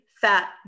fat